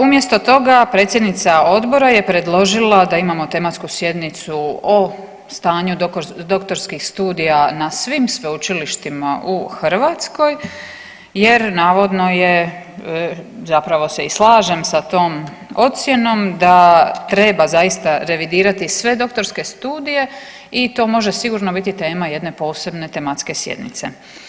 Umjesto toga predsjednica odbora je predložila da imamo tematsku sjednicu o stanju doktorskih studija na svim sveučilištima u Hrvatskoj, jer navodno je zapravo se i slažem sa tom ocjenom da treba zaista revidirati sve doktorske studije i to može sigurno biti tema jedne posebne tematske sjednice.